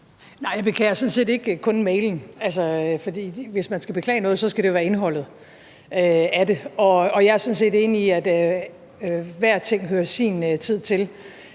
Nej, jeg beklager sådan set ikke kun mailen. For hvis man skal beklage noget, skal det jo være indholdet af det, og jeg er sådan set enig i, at hver ting hører sin tid til,